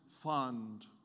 Fund